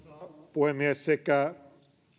puhemies sekä